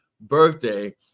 birthday